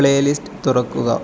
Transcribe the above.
playlist തുറക്കുക